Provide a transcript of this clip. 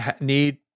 need